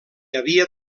havia